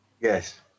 yes